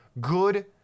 good